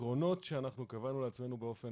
העקרונות שאנחנו קבענו לעצמנו באופן